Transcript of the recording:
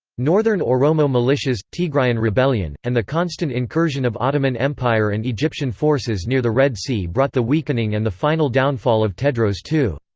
northern oromo militias, tigrayan rebellion, and the constant incursion of ottoman empire and egyptian forces near the red sea brought the weakening and the final downfall of tewodros ii.